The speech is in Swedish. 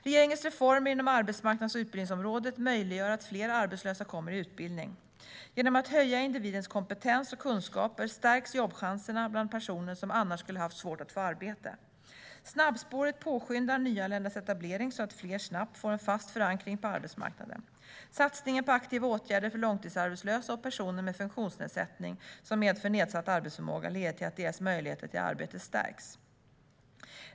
Regeringens reformer inom arbetsmarknads och utbildningsområdet möjliggör att fler arbetslösa kommer i utbildning. Genom att höja individens kompetens och kunskaper stärks jobbchanserna bland personer som annars skulle ha svårt att få arbete. Snabbspåret påskyndar nyanländas etablering så att fler snabbt får en fast förankring på arbetsmarknaden. Satsningen på aktiva åtgärder för långtidsarbetslösa och personer med funktionsnedsättning som medför nedsatt arbetsförmåga leder till att deras möjligheter till arbete stärks.